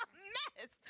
mess,